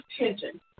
attention